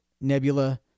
Nebula